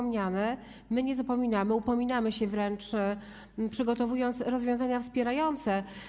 My nie zapominamy, upominamy się wręcz o nie, przygotowując rozwiązania wspierające.